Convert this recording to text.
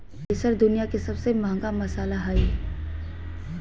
केसर दुनिया के सबसे महंगा मसाला हइ